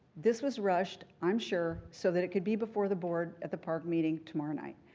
this was rushed, i'm sure, so that it could be before the board at the park meeting tomorrow night.